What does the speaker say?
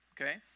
Okay